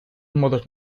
modos